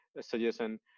suggestion